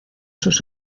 sus